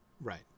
right